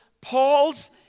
Paul's